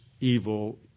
evil